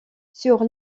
sur